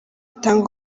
itanga